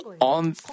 on